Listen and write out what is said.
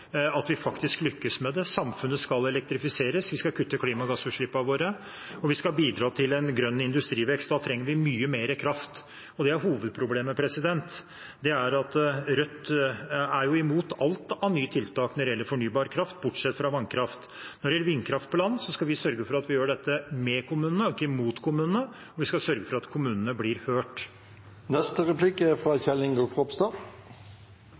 at vi faktisk lykkes med det. Samfunnet skal elektrifiseres, vi skal kutte klimagassutslippene våre, og vi skal bidra til en grønn industrivekst. Da trenger vi mye mer kraft. Hovedproblemet er at Rødt er mot alt av nye tiltak når det gjelder fornybar kraft, bortsett fra vannkraft. Når det gjelder vindkraft på land, skal vi sørge for at vi gjør dette med kommunene og ikke mot kommunene, og vi skal sørge for at kommunene blir hørt.